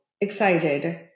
excited